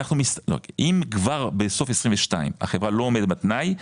אם כבר בסוף 2022 החברה לא עומדת בתנאי,